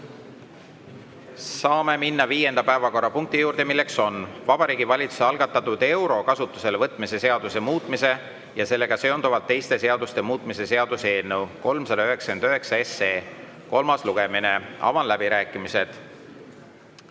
Saame minna viienda päevakorrapunkti juurde. Vabariigi Valitsuse algatatud euro kasutusele võtmise seaduse muutmise ja sellega seonduvalt teiste seaduste muutmise seaduse eelnõu 399 kolmas lugemine. Avan läbirääkimised.